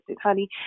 honey